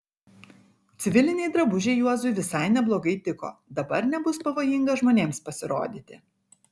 civiliniai drabužiai juozui visai neblogai tiko dabar nebus pavojinga žmonėms pasirodyti